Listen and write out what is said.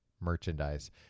merchandise